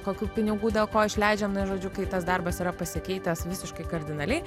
kokių pinigų dėl ko išleidžiam na žodžiu kai tas darbas yra pasikeitęs visiškai kardinaliai